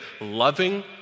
loving